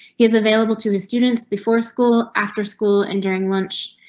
he is available to his students before school after school and during lunch.